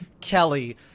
Kelly